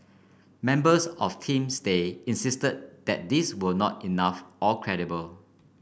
members of Team Stay insisted that these were not enough or credible